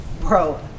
bro